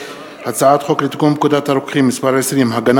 הצעת חוק לתיקון פקודת הרוקחים (מס' 20) (הגנה